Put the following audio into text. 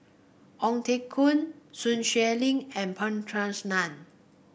Ong Teng Koon Sun Xueling and P Krishnan